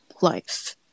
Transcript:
life